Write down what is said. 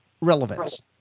relevance